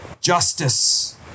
justice